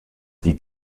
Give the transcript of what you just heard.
die